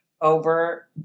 over